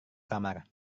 kamar